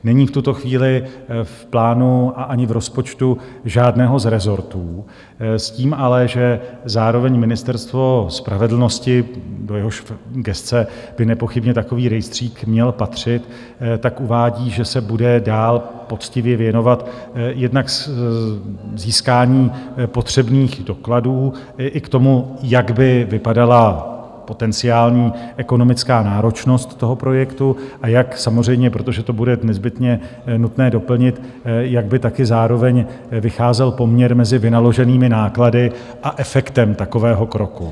Není v tuto chvíli v plánu a ani v rozpočtu žádného z rezortů, s tím ale, že zároveň Ministerstvo spravedlnosti, do jehož gesce by nepochybně takový rejstřík měl patřit, uvádí, že se bude dál poctivě věnovat jednak získání potřebných dokladů, i tomu, jak by vypadala potenciální ekonomická náročnost toho projektu, a jak samozřejmě protože to bude nezbytně nutné doplnit jak by také zároveň vycházel poměr mezi vynaloženými náklady a efektem takového kroku.